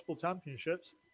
championships